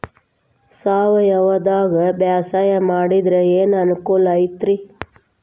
ಸಾವಯವದಾಗಾ ಬ್ಯಾಸಾಯಾ ಮಾಡಿದ್ರ ಏನ್ ಅನುಕೂಲ ಐತ್ರೇ?